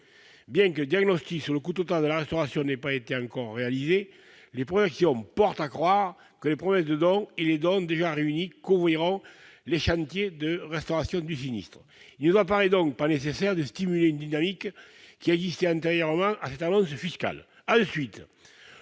Bien que le diagnostic sur le coût total de la restauration n'ait pas encore été réalisé, les projections portent à croire que les promesses de don et les dons déjà réunis couvriront le chantier. Il ne nous semble donc pas nécessaire de stimuler une dynamique qui existait antérieurement à cette annonce fiscale.